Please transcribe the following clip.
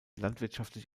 landwirtschaftlich